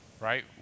right